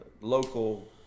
local